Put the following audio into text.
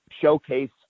showcase